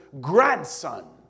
grandson